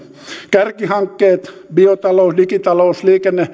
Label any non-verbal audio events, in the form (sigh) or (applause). kärkihankkeet biotalous digitalous liikenne (unintelligible)